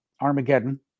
Armageddon